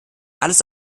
alles